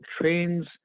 trains